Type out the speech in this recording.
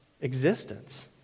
existence